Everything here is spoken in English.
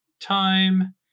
time